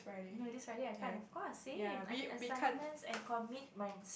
no this Friday I can't of course same I mean assignment and commitment